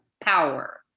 power